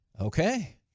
Okay